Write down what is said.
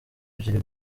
ebyiri